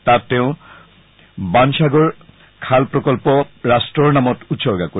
তাত তেওঁ বানসাগৰ খালপ্ৰকল্প ৰাষ্টৰ নামত উৎসৰ্গা কৰিব